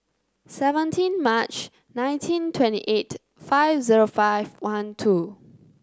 seventeen March nineteen twenty eight five zero five one two